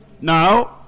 Now